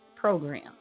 program